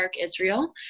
israel